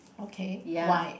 okay why